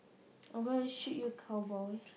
I'm going to shoot you cowboy